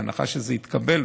בהנחה שזה יתקבל,